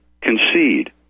concede